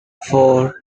four